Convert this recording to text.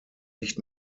nicht